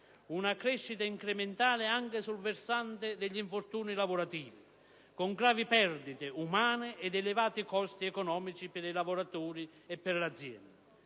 una crescita incrementale anche sul versante degli infortuni lavorativi, con gravi perdite umane ed elevati costi economici per i lavoratori e per le aziende.